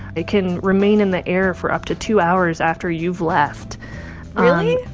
it can remain in the air for up to two hours after you've left really?